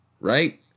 right